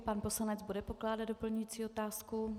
Pan poslanec bude pokládat doplňující otázku.